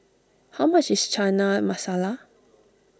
how much is Chana Masala